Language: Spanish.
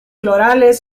florales